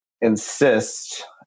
insist